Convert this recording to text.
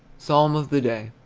psalm of the day.